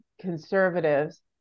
conservatives